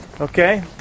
Okay